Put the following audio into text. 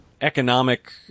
economic